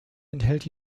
enthält